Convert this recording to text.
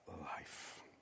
life